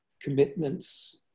commitments